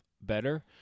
better